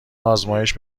آزمایش